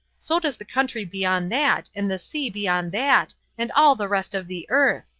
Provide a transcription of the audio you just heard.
so does the country beyond that and the sea beyond that and all the rest of the earth.